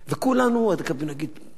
וכולנו נגיד: ואללה,